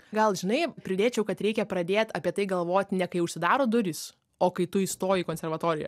gal žinai pridėčiau kad reikia pradėt apie tai galvot ne kai užsidaro durys o kai tu įstoji į konservatoriją